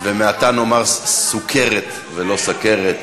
מעתה נאמר סוכרת ולא סכרת.